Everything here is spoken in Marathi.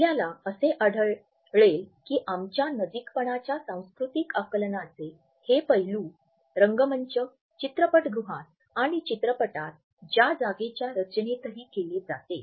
आपल्याला असे आढळेल की आमच्या नजीकपणाच्या सांस्कृतिक आकलनाचे हे पैलू रंगमंच चित्रपटगृहात आणि चित्रपटात ज्या जागेच्या रचनेतही केले जाते